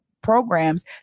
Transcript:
programs